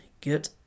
get